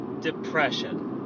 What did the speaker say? depression